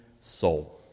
soul